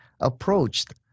approached